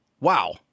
wow